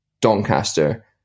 Doncaster